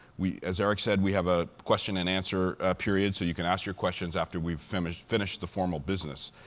we as eric said, we have a question and answer period, so you can ask your questions after we've finished finished the formal business.